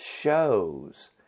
shows